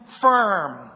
firm